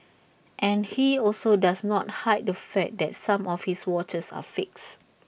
and he also does not hide the fact that some of his watches are fakes